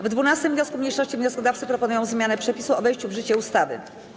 W 12. wniosku mniejszości wnioskodawcy proponują zmianę przepisu o wejściu w życie ustawy.